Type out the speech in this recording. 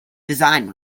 design